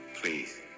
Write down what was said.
Please